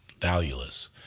valueless